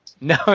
No